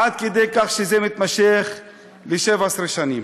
עד כדי כך שזה מתמשך 17 שנים.